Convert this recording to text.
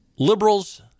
Liberals